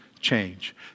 change